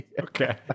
Okay